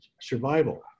survival